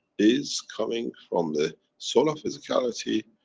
is coming from the soul of physicality,